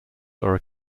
are